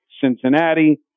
Cincinnati